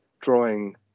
drawing